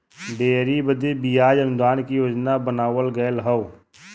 dairy बदे बियाज अनुदान के योजना बनावल गएल हौ